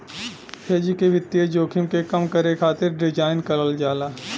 hedge के वित्तीय जोखिम के कम करे खातिर डिज़ाइन करल जाला